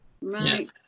right